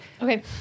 Okay